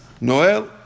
Noel